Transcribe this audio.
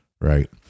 Right